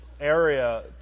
area